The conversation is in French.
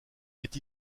est